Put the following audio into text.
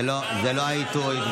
זה לא העיתוי.